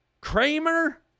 Kramer